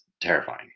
terrifying